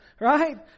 Right